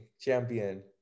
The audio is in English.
champion